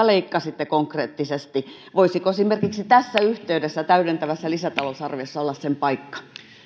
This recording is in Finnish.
leikkasitte konkreettisesti voisiko esimerkiksi tässä yhteydessä täydentävässä lisätalousarviossa olla sen paikka